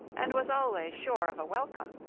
and was always sure of a welcome